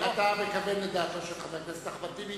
אתה מכוון לדעתו של חבר הכנסת אחמד טיבי,